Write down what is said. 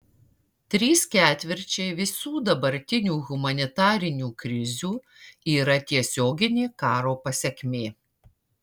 trys ketvirčiai visų dabartinių humanitarinių krizių yra tiesioginė karo pasekmė